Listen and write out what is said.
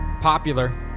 popular